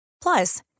Plus